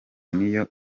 niyo